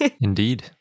Indeed